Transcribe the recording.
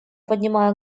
поднимая